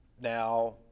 Now